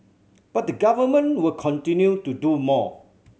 but the Government will continue to do more